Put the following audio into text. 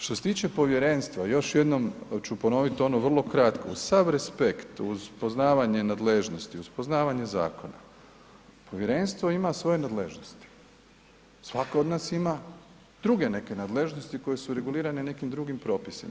Što se tiče povjerenstva, još jednom ću ponoviti ono vrlo kratko, uz sav respekt, uz poznavanje nadležnosti, uz poznavanje zakona, povjerenstvo ima svoje nadležnosti, svako od nas ima druge neke nadležnosti koje su regulirane nekim drugim propisima.